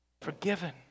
Forgiven